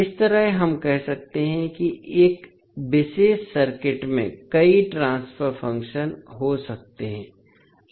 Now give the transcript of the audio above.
इस तरह हम कह सकते हैं कि एक विशेष सर्किट में कई ट्रांसफर फंक्शन हो सकते हैं